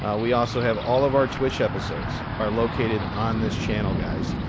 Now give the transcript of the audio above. ah we also have all of our twitch episodes are located on this channel, guys.